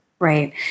Right